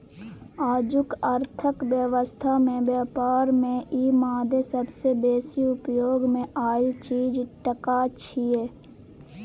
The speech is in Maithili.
आजुक अर्थक व्यवस्था में ब्यापार में ई मादे सबसे बेसी उपयोग मे आएल चीज टका छिये